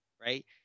right